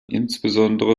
insbesondere